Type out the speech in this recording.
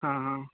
हँ हँ